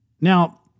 Now